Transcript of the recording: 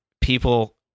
people